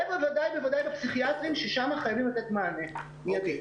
ובוודאי בוודאי בפסיכיאטריים ששם חייבים לתת מענה מיידי.